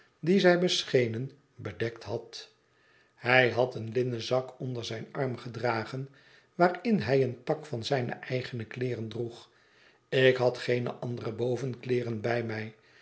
die zij beschenen bedekt had hij had een linnen zak onder zijn arm gedragen waarin hij een pak van zijne eigene kleeren droeg ik had geene andere bovenkleerën bij mij